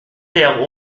père